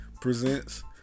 Presents